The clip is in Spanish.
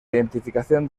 identificación